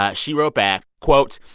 ah she wrote back, quote,